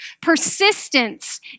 persistence